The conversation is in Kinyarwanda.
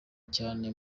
cyane